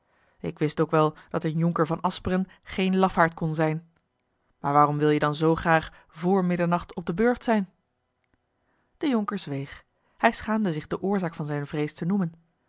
ik wist ook wel dat een jonker van asperen geen lafaard kon zijn maar waarom wil-je dan zoo graag vr middernacht op den burcht zijn de jonker zweeg hij schaamde zich de oorzaak van zijne vrees te noemen